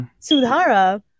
Sudhara